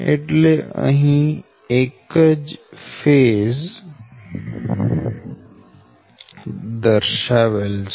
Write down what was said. એટલે અહી એક જ ફેઝ a દર્શાવેલ છે